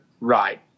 right